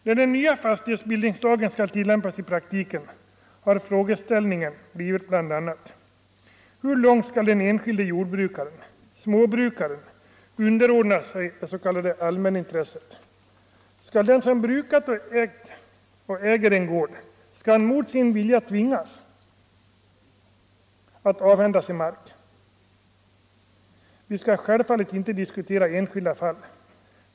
När den nya fastighetsbildningslagen skall tillämpas i praktiken har frågeställningen blivit bl.a.: Hur långt skall den enskilde jordbrukaren-småbrukaren underordna sig det s.k. allmänintresset? Skall den som brukar och äger en gård, mot sin vilja tvingas att avhända sig mark? Vi skall naturligtvis inte diskutera enskilda fall.